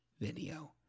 video